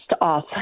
off